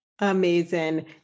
Amazing